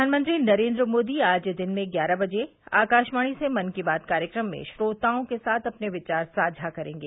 प्रधानमंत्री नरेन्द्र मोदी आज दिन में ग्यारह बजे आकाशवाणी से मन की बात कार्यक्रम में श्रोताओं के साथ अपने विचार साझा करेंगे